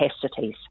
capacities